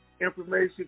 information